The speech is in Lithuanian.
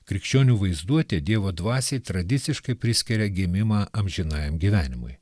krikščionių vaizduotė dievo dvasiai tradiciškai priskiria gimimą amžinajam gyvenimui